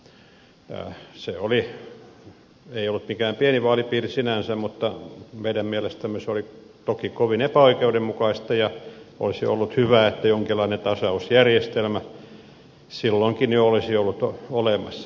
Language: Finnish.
se ei ollut mikään pieni vaalipiiri sinänsä mutta meidän mielestämme se oli toki kovin epäoikeudenmukaista ja olisi ollut hyvä että jonkinlainen tasausjärjestelmä silloinkin jo olisi ollut olemassa